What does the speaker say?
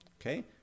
Okay